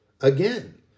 again